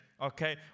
okay